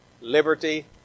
liberty